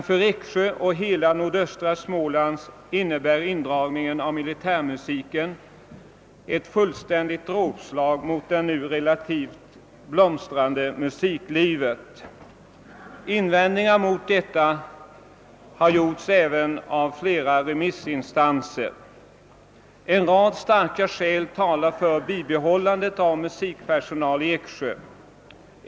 För Eksjö och för hela nordöstra Småland innebär däremot indragningen av militärmusiken ett dråpslag mot det nu relativt blomstrande musiklivet. Invändningar mot denna indragning har också gjorts av ett flertal remissinstanser. En rad starka skäl talar för bibehållandet av musikpersonal i Eksjö.